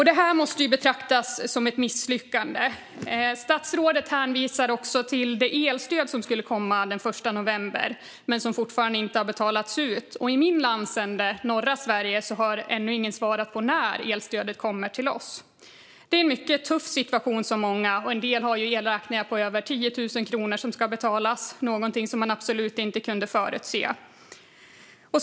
Det här måste betraktas som ett misslyckande. Statsrådet hänvisar också till det elstöd som skulle komma den 1 november men som fortfarande inte har betalats ut. Ännu har ingen svarat på när elstödet kommer till min landsände, norra Sverige. Det är en mycket tuff situation för många. En del har elräkningar på över 10 000 kronor som ska betalas, något som man absolut inte kunnat förutse.